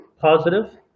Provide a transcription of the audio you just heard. positive